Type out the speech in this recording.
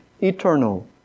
eternal